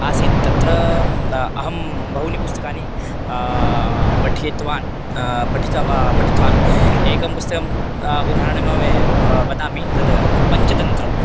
आसीत् तत्र अहं बहूनि पुस्तकानि पठितवान् पठितं पठितवान् एकं पुस्तकं उदाहरणमेव वदामि तद् पञ्चतन्त्रं